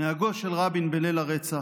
נהגו של רבין בליל הרצח,